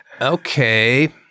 okay